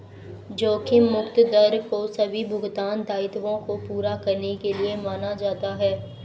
जोखिम मुक्त दर को सभी भुगतान दायित्वों को पूरा करने के लिए माना जाता है